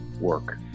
work